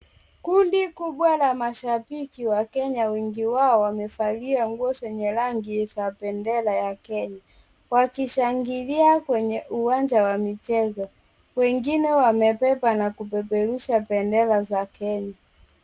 Kundi kubwa la mashabiki wa Kenya wengi wao wamevalia nguo zenye rangi za bendera ya Kenya . Wakishangilia kwenye uwanja wa michezo . Wengine wamebeba na kupeperusha bendera za Kenya.